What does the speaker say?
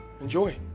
enjoy